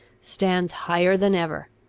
stands higher than ever.